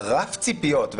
רף הציפיות,